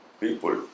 people